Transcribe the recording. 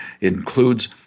includes